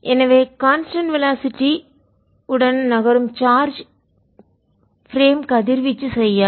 எனவே constant velocity நிலையான வேகத்துடன்உடன் நகரும் சார்ஜ் பிரேம் கதிர்வீச்சு செய்யாது